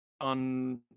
On